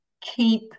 keep